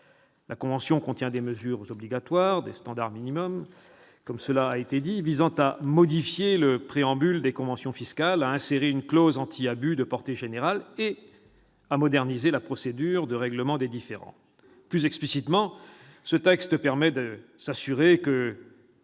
La convention contient des mesures obligatoires- des standards minimums -visant à modifier le préambule des conventions fiscales, à insérer une clause anti-abus de portée générale et à moderniser la procédure de règlement des différends. Plus explicitement, ce texte permet de s'assurer que